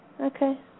okay